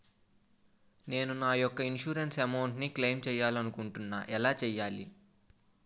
నేను నా యెక్క ఇన్సురెన్స్ అమౌంట్ ను క్లైమ్ చేయాలనుకుంటున్నా ఎలా చేయాలి?